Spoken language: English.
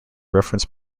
reference